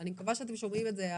אני מקווה שאתם שומעים את זה,